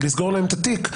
ולסגור להם את התיק,